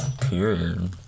Period